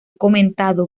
comentado